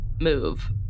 move